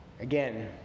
again